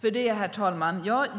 Herr talman!